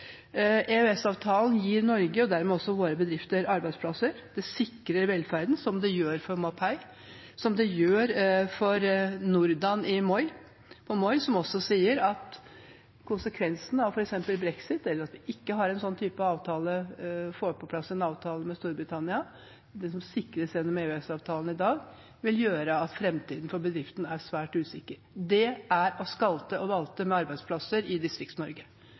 EØS-avtalen gir Norge, og dermed også våre bedrifter, arbeidsplasser. Det sikrer velferden, som det gjør for Mapei, og som det gjør for NorDan på Moi, som sier at konsekvensene av f.eks. brexit, eller at de ikke har eller får på plass en slik avtale med Storbritannia – det som sikres gjennom EØS-avtalen i dag – vil gjøre framtiden for bedriften svært usikker. Det er å skalte og valte med arbeidsplasser i